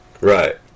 right